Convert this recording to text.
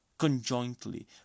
conjointly